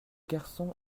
garçons